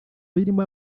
birimo